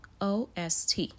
OST